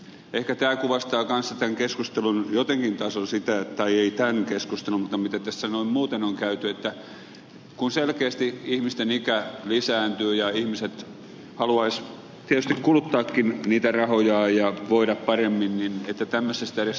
ehkä tämä kuvastaa kanssa jotenkin tämän keskustelun tasoa tai ei tämän keskustelun mutta mitä tässä noin muuten on käyty että kun selkeästi ihmisten ikä lisääntyy ja ihmiset haluaisivat tietysti kuluttaakin niitä rahojaan ja voida paremmin niin että tämmöisestä edes nappuloidaan